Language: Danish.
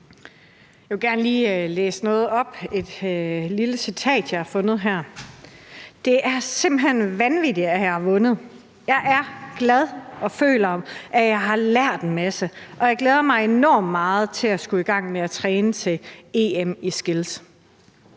Jeg vil gerne lige læse noget op. Det er et lille citat, jeg har fundet: »Det er så vanvittigt, at jeg har vundet! Jeg er glad og føler, at jeg har lært en masse, og jeg glæder mig enormt meget til at skulle i gang med at træne til EM i Skills.«